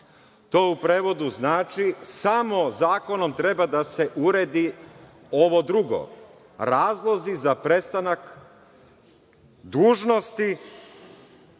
To u prevodu znači – samo zakonom treba da se uredi ovo drugo. Razlozi za prestanak dužnosti